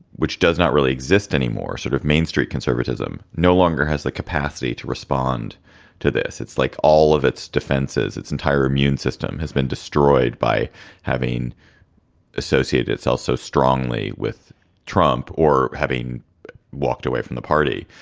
which does not really exist anymore, sort of mainstream conservatism, no longer has the capacity to respond to this. it's like all of its defenses, its entire immune system has been destroyed by having associate. it's also strongly with trump or having walked away from the party.